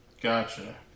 Gotcha